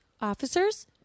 officers